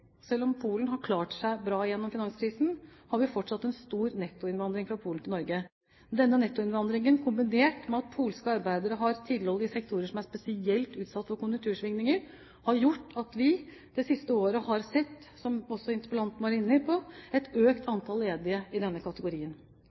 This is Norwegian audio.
Selv om Polen har klart seg bra gjennom finanskrisen, har vi fortsatt en stor nettoinnvandring fra Polen til Norge. Denne nettoinnvandringen, kombinert med at polske arbeidere har tilhold i sektorer som er spesielt utsatt for konjunktursvingninger, har gjort at vi det siste året har sett – som også interpellanten var inne på – et økt antall ledige i denne kategorien.